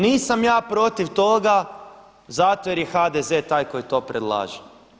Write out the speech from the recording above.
Nisam ja protiv toga zato jer je HDZ taj koji to predlaže.